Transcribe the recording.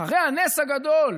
אחרי הנס הגדול